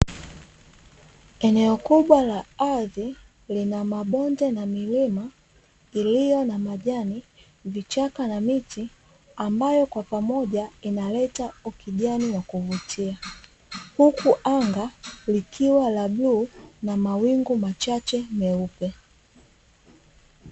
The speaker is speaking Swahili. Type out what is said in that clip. Eneo kubwa la ardhi lina mabonde na milima iliyo na majani, vichaka na miti ambayo kwa pamoja inaleta ukijani wa kuvutia huku, anga likiwa la bluu na mawingu machache meupe.